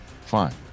fine